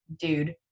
dude